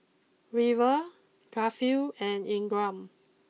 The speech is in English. River Garfield and Ingram